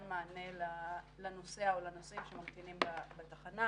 מענה לנוסע או לנוסעים שממתינים בתחנה,